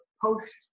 post